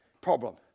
Problem